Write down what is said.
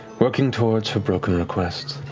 working towards her broken requests.